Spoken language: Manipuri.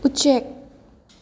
ꯎꯆꯦꯛ